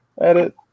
Edit